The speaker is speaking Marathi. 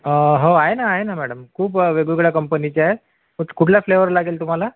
हो आहे ना आहे ना मॅडम खूप वेगवेगळ्या कंपनीचे आहे कुठ कुठला फ्लेवर लागेल तुम्हाला